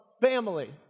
family